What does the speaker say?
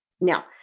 Now